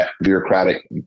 bureaucratic